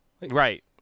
Right